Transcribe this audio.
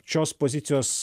šios pozicijos